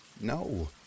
No